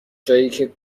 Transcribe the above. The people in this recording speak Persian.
جاییکه